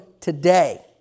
today